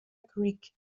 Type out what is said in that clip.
creek